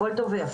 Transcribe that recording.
הכול טוב ויפה,